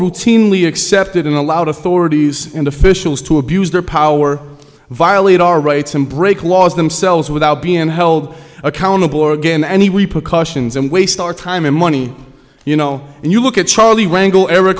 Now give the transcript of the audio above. routinely accepted and allowed authorities and officials to abuse their power violate our rights and break laws themselves without being held accountable or again and he cautions and waste our time and money you know and you look at charlie rangle e